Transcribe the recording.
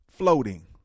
Floating